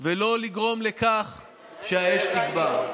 ולא לגרום לכך שהאש תגבר.